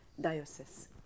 Diocese